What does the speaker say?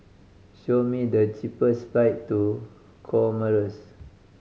show me the cheapest flight to Comoros